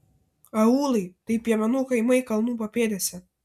aūlai tai piemenų kaimai kalnų papėdėse